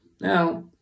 Now